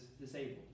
disabled